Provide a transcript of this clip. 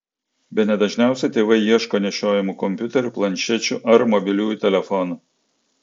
bene dažniausiai tėvai ieško nešiojamų kompiuterių planšečių ar mobiliųjų telefonų